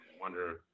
wonder